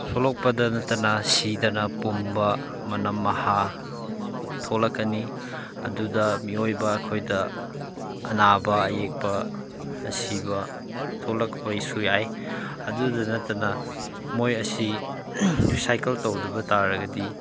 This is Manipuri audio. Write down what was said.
ꯁꯣꯛꯂꯛꯄꯗ ꯅꯠꯇꯅ ꯁꯤꯗꯅ ꯄꯨꯝꯕ ꯃꯅꯝ ꯃꯍꯥ ꯊꯣꯂꯛꯀꯅꯤ ꯑꯗꯨꯗ ꯃꯤꯑꯣꯏꯕ ꯑꯩꯈꯣꯏꯗ ꯑꯅꯥꯕ ꯑꯌꯦꯛꯄ ꯑꯁꯤꯕ ꯊꯣꯂꯛꯄꯁꯨ ꯌꯥꯏ ꯑꯗꯨꯗ ꯅꯠꯇꯅ ꯃꯣꯏ ꯑꯁꯤ ꯔꯤꯁꯥꯏꯀꯜ ꯇꯧꯗꯕ ꯇꯥꯔꯒꯗꯤ